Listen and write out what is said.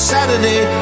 Saturday